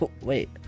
Wait